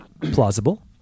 plausible